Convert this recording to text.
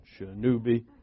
Shanubi